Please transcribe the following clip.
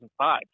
2005